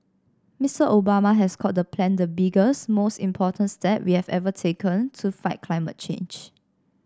Mister Obama has called the plan the biggest most important step we've ever taken to fight climate change